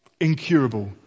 Incurable